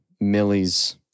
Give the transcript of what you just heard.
Millie's